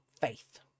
faith